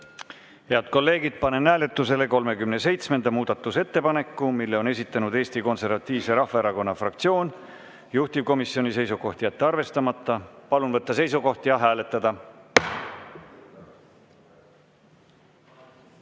Head kolleegid, panen hääletusele 37. muudatusettepaneku. Selle on esitanud Eesti Konservatiivse Rahvaerakonna fraktsioon. Juhtivkomisjoni seisukoht on jätta arvestamata. Palun võtta seisukoht ja hääletada!